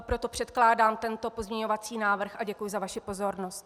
Proto předkládám tento pozměňovací návrh a děkuji za vaši pozornost.